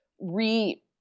re